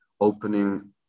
opening